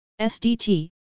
SDT